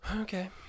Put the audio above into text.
Okay